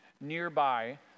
nearby